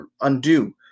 undo